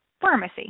Pharmacy